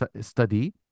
study